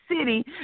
city